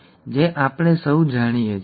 જે આપણે સૌ જાણીએ છીએ